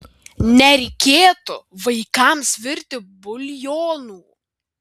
nereikėtų vaikams virti buljonų